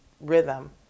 rhythm